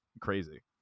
crazy